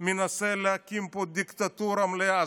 מנסה להקים פה דיקטטורה מלאה,